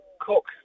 Cook